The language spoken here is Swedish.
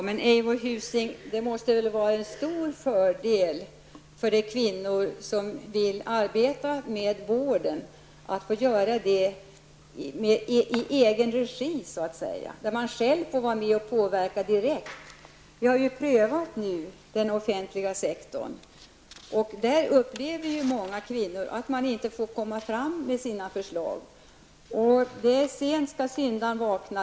Herr talman! Det måste väl vara en stor fördel för de kvinnor som vill arbeta med vård att få göra det i egen regi så att säga, att själva få vara med och påverka direkt. Vi har ju nu prövat den offentliga sektorn. Där upplever många kvinnor att man inte får komma fram med sina förslag. Sent skall syndaren vakna.